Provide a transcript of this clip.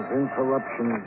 interruption